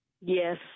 Yes